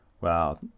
Wow